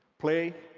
play,